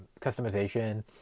customization